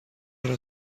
دارد